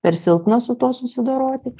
per silpnas su tuo susidoroti